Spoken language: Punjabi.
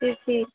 ਤੁਸੀਂ